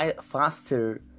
faster